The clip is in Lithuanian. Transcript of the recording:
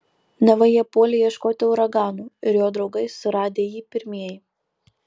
neva jie puolę ieškoti uragano ir jo draugai suradę jį pirmieji